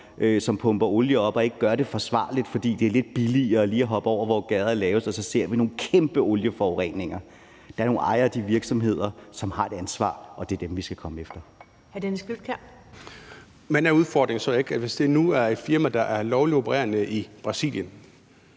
som pumper olie op og ikke gør det forsvarligt, fordi det er lidt billigere lige at hoppe over, hvor gærdet er lavest. Og som resultat ser vi nogle kæmpe olieforureninger. Der er nogle ejere af de virksomheder, som har et ansvar, og det er dem, vi skal komme efter. Kl. 15:55 Første næstformand (Karen Ellemann): Hr.